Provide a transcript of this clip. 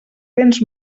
béns